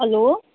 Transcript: hello